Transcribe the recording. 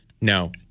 no